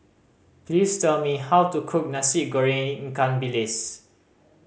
please tell me how to cook Nasi Goreng ikan bilis